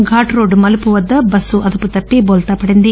ghat road మలుపు వద్ద bus అదుపు తప్పి బోల్తా పడింది